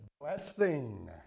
blessing